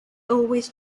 always